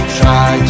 try